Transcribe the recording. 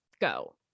go